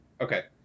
Okay